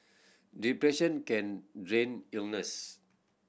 depression can drain illness